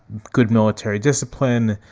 good military discipline,